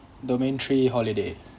domain three holiday